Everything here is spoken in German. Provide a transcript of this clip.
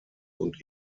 und